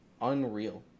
Unreal